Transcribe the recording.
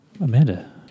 Amanda